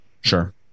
Sure